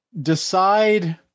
decide